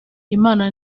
imana